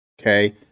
okay